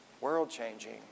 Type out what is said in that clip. world-changing